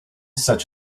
such